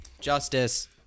justice